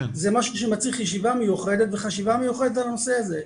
זה משהו שמצריך ישיבה מיוחדת וחשיבה מיוחדת על הנושא הזה.